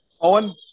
Owen